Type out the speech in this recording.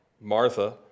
Martha